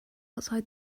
outside